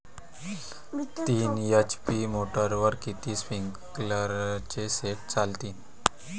तीन एच.पी मोटरवर किती स्प्रिंकलरचे सेट चालतीन?